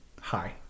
Hi